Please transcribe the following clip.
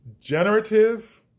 generative